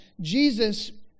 Jesus